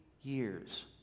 years